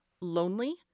lonely